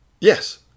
Yes